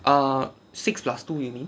err six plus two you mean